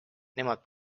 nemad